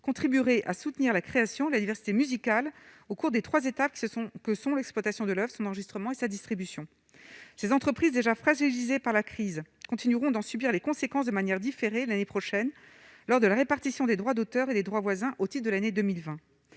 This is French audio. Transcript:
contribuerait à soutenir la création de la diversité musicale au cours des 3 étapes se sont que sont l'exploitation de leur son enregistrement et sa distribution, ces entreprises déjà fragilisées par la crise continueront d'en subir les conséquences de manière différée, l'année prochaine lors de la répartition des droits d'auteur et des droits voisins au Tir de l'année 2020,